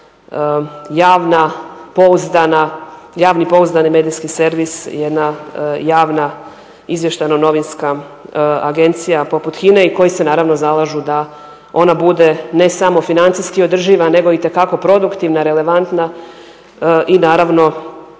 treba jedan javni pouzdani medijski servis, jedna javna izvještajno-novinska agencija poput HINA-e i koji se naravno zalažu da ona bude ne samo financijski održiva, nego itekako produktivna, relevantna i naravno